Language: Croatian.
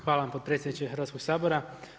Hvala vam potpredsjedniče Hrvatskog sabora.